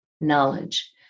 knowledge